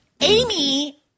Amy